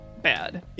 bad